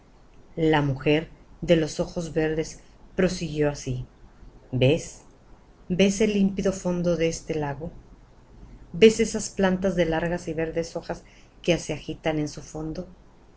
la mujer de los ojos verdes prosiguió así ves ves el límpido fondo de ese lago ves esas plantas de largas y verdes hojas que se agitan en su fondo